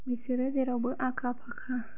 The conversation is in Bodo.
बिसोरो जेरावबो आखा फाखा